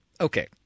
Okay